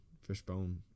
Fishbone